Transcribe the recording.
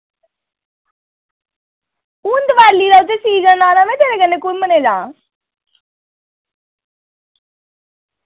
हू'न दिवाली दा इत्थै सीजन आना मैं तेरे कन्नै घुम्मने जाना